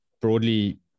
broadly